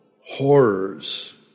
horrors